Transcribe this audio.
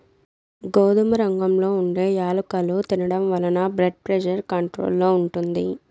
గోధుమ రంగులో ఉండే యాలుకలు తినడం వలన బ్లెడ్ ప్రెజర్ కంట్రోల్ లో ఉంటుంది